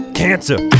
cancer